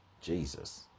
Jesus